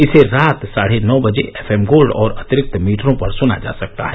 इसे रात साढे नौ बजे से एफ एम गोल्ड और अतिरिक्त मीटरों पर सुना जा सकता है